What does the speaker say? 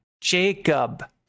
Jacob